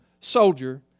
soldier